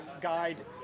guide